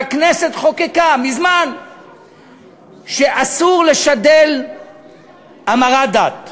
והכנסת חוקקה מזמן שאסור לשדל להמרת דת.